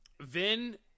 Vin